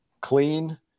clean